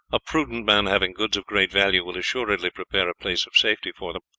a prudent man having goods of great value will assuredly prepare a place of safety for them.